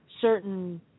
certain